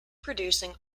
producing